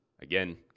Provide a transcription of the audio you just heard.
Again